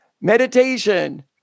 Meditation